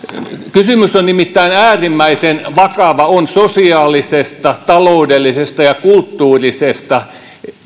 kysymys on nimittäin äärimmäisen vakava on kysymys sosiaalisesta taloudellisesta ja kulttuurisesta